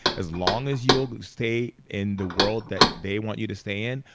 as long as you'll stay in the world that they want you to stay in,